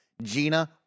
Gina